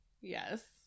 Yes